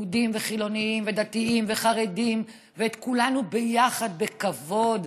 יהודים חילונים ודתיים וחרדים, כולנו ביחד בכבוד,